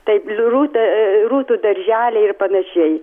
taip rūta rūtų darželiai ir panašiai